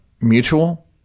mutual